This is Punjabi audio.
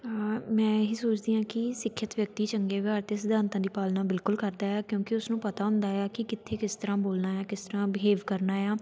ਮੈਂ ਇਹੀ ਸੋਚਦੀ ਹਾਂ ਕਿ ਸਿੱਖਿਅਤ ਵਿਅਕਤੀ ਚੰਗੇ ਵਿਵਹਾਰ ਅਤੇ ਸਿਧਾਂਤਾ ਦੀ ਪਾਲਣਾ ਬਿਲਕੁਲ ਕਰਦਾ ਹੈ ਕਿਉਂਕਿ ਉਸ ਨੂੰ ਪਤਾ ਹੁੰਦਾ ਹੈ ਕਿ ਕਿੱਥੇ ਕਿਸ ਤਰ੍ਹਾਂ ਬੋਲਣਾ ਹੈ ਕਿਸ ਤਰ੍ਹਾਂ ਬਿਹੇਵ ਕਰਨਾ ਆ